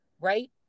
right